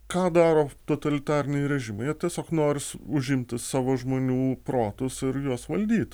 ką daro totalitariniai režimai jie tiesiog noris užimti savo žmonių protus ir juos valdyt